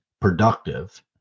productive